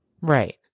Right